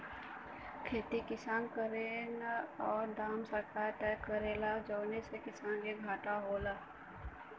खेती किसान करेन औरु दाम सरकार तय करेला जौने से किसान के घाटा होला